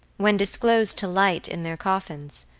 when disclosed to light in their coffins,